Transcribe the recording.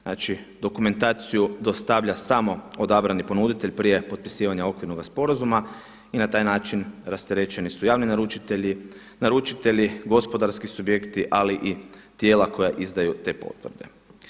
Znači, dokumentaciju dostavlja samo odabrani ponuditelj prije potpisivanja Okvirnoga sporazuma i na taj način rasterećeni su javni naručitelji, naručitelji gospodarski subjekti, ali i tijela koja izdaju te potvrde.